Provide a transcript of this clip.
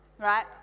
right